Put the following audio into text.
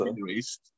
raised